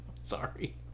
sorry